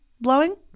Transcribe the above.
blowing